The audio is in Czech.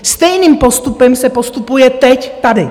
Stejným postupem se postupuje teď tady.